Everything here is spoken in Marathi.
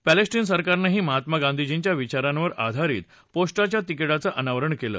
पॅलेस्टीन सरकारनंही महात्मा गांधीजींच्या विचारांवर आधारित पोस्टाच्या तिकीटाचं अनावरण केलं